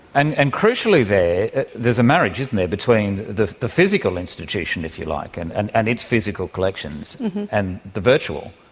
and and crucially there there's a marriage, isn't there, between the the physical institution, if you like, and and and its physical collections and the virtual.